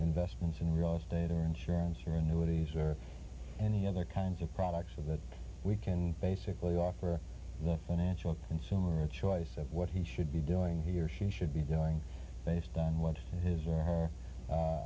investments in real estate or insurance or in their woodies or any other kinds of products so that we can basically offer the financial consumer a choice of what he should be doing he or she should be doing based on what his or her